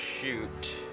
shoot